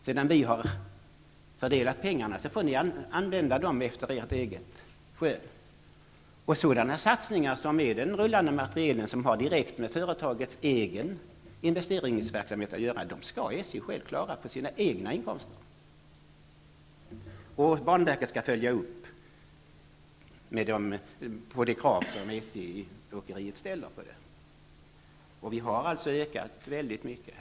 Sedan vi har fördelat pengarna får ni använda dem efter eget skön. Sådana satsningar som rullande materiel, som har direkt med företagets egen investeringsverksamhet att göra, skall SJ själv klara på sina egna inkomster. Och banverket skall följa upp de krav som SJ-åkeriet ställer. Vi har alltså ökat anslagen väldigt mycket.